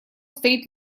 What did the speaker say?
стоит